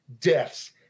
deaths